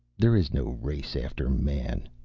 there is no race after man.